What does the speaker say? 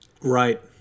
right